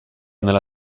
nella